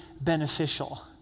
beneficial